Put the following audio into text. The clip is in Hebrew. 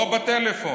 לא בטלפון.